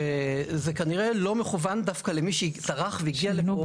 זה כנראה לא מכוון דווקא למי שטרח והגיע לפה,